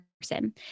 person